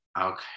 Okay